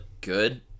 good